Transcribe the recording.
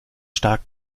stark